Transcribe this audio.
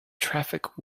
traffic